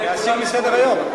להסיר מסדר-היום.